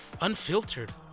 unfiltered